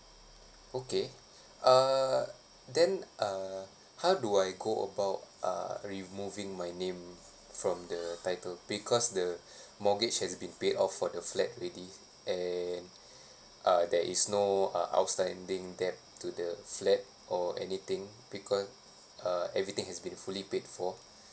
okay uh then uh how do I go about uh removing my name from the title because the mortgage has been paid off for the flat already and uh there is no uh outstanding debt to the flat or anything because uh everything has been fully paid for